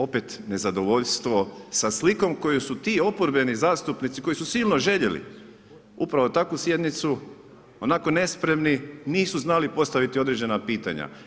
Opet nezadovoljstvom, sa slikom koju su ti oporbeni zastupnici, koji su silno željeli upravo takvu sjednicu, onako nespremni, nisu znala postaviti određena pitanja.